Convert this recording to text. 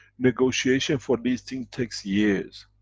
negotiation for these thing takes years.